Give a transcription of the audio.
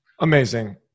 Amazing